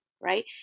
right